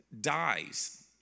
dies